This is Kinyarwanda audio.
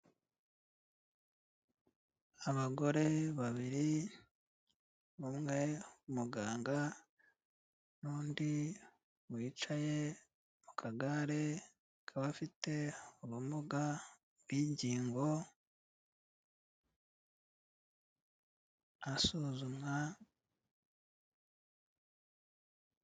Abagore babiri, umwe umuganga n'undi wicaye mu kagare k'abafite ubumuga bw'ingingo asuzumwa.